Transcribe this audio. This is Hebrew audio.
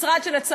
משרד שהפך,